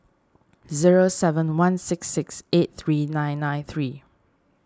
zero seven one six six eight three nine nine three